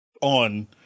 on